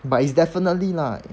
but it's definitely lah